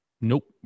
nope